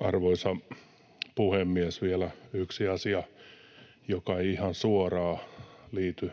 Arvoisa puhemies! Vielä yksi asia, joka ei ihan suoraan liity